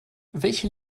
welche